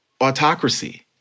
autocracy